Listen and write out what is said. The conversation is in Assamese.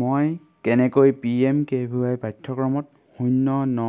মই কেনেকৈ P M K V Y পাঠ্যক্ৰমত শূন্য ন